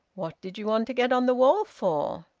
what did you want to get on the wall for?